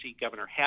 Governor